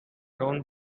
known